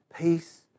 peace